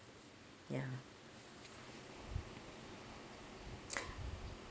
ya